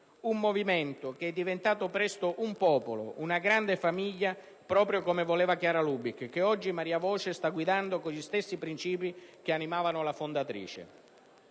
Un movimento diventato presto un popolo, una grande famiglia proprio come voleva Chiara Lubich, che oggi Maria Voce sta guidando con gli stessi princìpi che animavano la fondatrice.